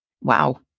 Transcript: Wow